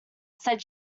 said